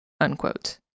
unquote